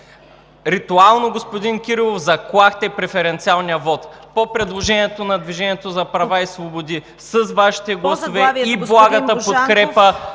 Ритуално, господин Кирилов, заклахте преференциалния вот по предложението на „Движението за права и свободи“ с Вашите гласове… ПРЕДСЕДАТЕЛ